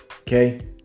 okay